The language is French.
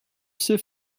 sait